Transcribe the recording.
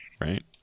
right